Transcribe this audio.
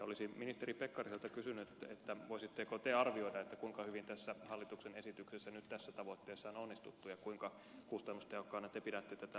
olisin ministeri pekkariselta kysynyt voisitteko te arvioida kuinka hyvin tässä hallituksen esityksessä nyt tässä tavoitteessa on onnistuttu ja kuinka kustannustehokkaana te pidätte tätä löydettyä mallia